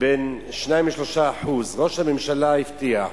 בין 2% ל-3% ראש הממשלה הבטיח,